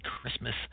Christmas